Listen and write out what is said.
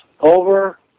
over